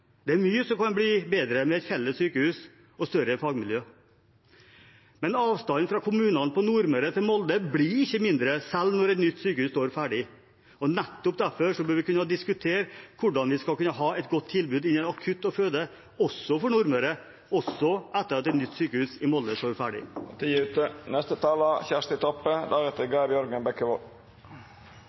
Det er mye som kan bli bedre med et felles sykehus og et større fagmiljø, men avstanden fra kommunene på Nordmøre til Molde blir ikke mindre, selv når et nytt sykehus står ferdig, og nettopp derfor bør vi kunne diskutere hvordan vi skal kunne ha et godt akutt- og fødetilbud, også for Nordmøre og også etter at et nytt sykehus i Molde står ferdig. Tida er ute. Senterpartiet har i dag fremja to lause forslag som vi inviterer Stortinget til å slutta seg til.